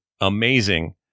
amazing